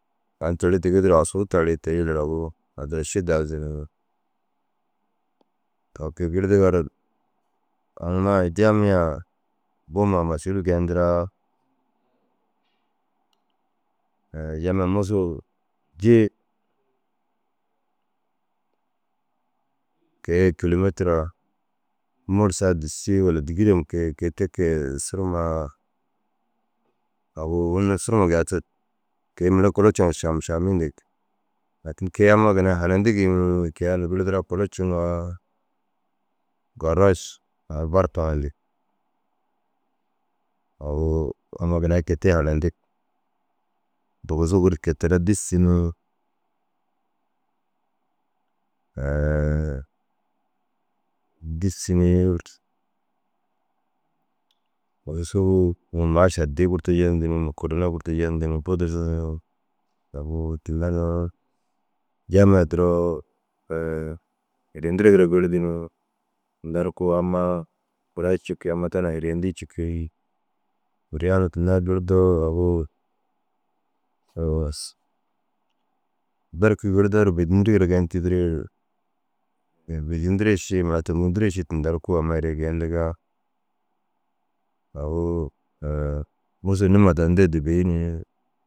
Tan teere digi duro asuu tarii te- u jilla agu addira ši daazu ni. Agu kôi gurdiga ru aŋ ai jamiyaa bu huma masûul geeyindiraa jamiya musuu jii kôi kilomerira mur saa disii gor walla dîgirem kee kôi te kee suru ma agu unnu sura ma giyaatid. Kôi mere kolo ciŋa « šamšami » yindig. Lakin kôi ammaa ginna i hanayindig ni kôi ai girdiraa kolo ciŋa « garaš Al barka ŋa » yindig. Agu ginna i kôi te hanayindig. Dugusu wuru kôi teraa dîssi ni dîssi ni dugusu maaš addii gurtudu jentu ni mukurne gurtudu jendu ni budur ni. Agu tinda na jaamiyaa duro hiriyendirigire girdu ni tinda ru kuu ammaa kura cikii. Ammaa ta hiriyeindii cikii. Hiriyaa na tinda girdoo agu berke girdoore bêdiyindigire geendir tîdirii ru bêdiyindire ši mura tumoyindire ši tinda ru kuu amma hiriye geeyindigaa. Agu mûso nima tani dedde bêi ni